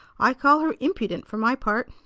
i call her impudent, for my part!